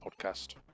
podcast